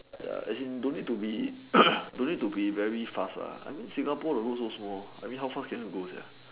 ya actually don't need to be don't need to be very fast Singapore the world so small I mean how far can you go